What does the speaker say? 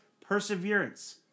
perseverance